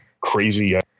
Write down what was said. crazy